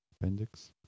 Appendix